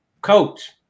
Coach